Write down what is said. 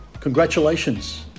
Congratulations